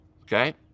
okay